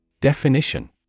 Definition